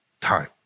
time